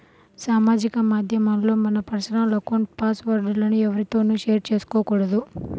సామాజిక మాధ్యమాల్లో మన పర్సనల్ అకౌంట్ల పాస్ వర్డ్ లను ఎవ్వరితోనూ షేర్ చేసుకోకూడదు